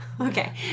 Okay